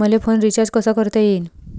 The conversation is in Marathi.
मले फोन रिचार्ज कसा करता येईन?